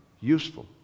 useful